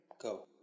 Go